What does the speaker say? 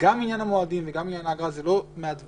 גם עניין המועדים וגם עניין האגרה הם לא מהדברים